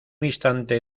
instante